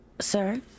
Sir